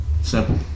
Simple